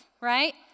right